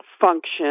function